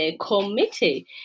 committee